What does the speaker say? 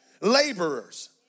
Laborers